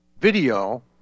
video